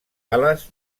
ales